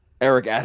Eric